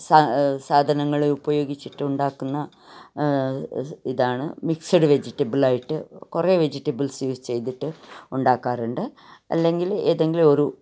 സാ സാധനങ്ങൾ ഉപയോഗിച്ചിട്ടുണ്ടാക്കുന്ന ഇതാണ് മിക്സഡ് വെജിറ്റബിളായിട്ട് കുറേ വെജിറ്റബിൾസ് യൂസ് ചെയ്തിട്ട് ഉണ്ടാക്കാറുണ്ട് അല്ലെങ്കിൽ ഏതെങ്കിലും ഒരു